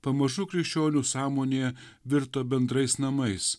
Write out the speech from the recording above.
pamažu krikščionių sąmonėje virto bendrais namais